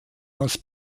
aus